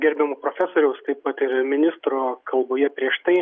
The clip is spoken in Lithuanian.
gerbiamo profesoriaus taip pat ir ministro kalboje prieš tai